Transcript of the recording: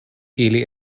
ili